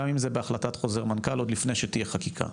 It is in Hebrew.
גם אם זה בהחלטת חוזר מנכ"ל לפני שתהיה חקיקה,